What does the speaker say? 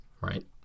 right